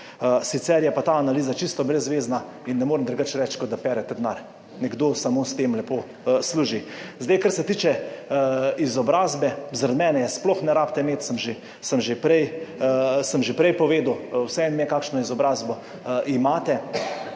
Sicer je pa ta analiza čisto brezvezna in ne morem drugače reči, kot da perete denar. Nekdo samo s tem lepo služi. Zdaj, kar se tiče izobrazbe. Zaradi mene je sploh ne rabite imeti, sem že prej povedal. Vseeno mi je kakšno izobrazbo imate.